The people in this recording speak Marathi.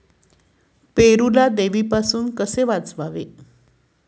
पेरूला देवीपासून कसे वाचवावे?